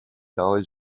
dollars